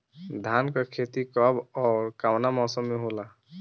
धान क खेती कब ओर कवना मौसम में होला?